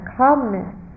calmness